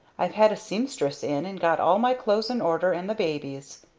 i've had a seamstress in, and got all my clothes in order and the baby's.